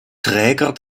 träger